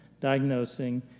diagnosing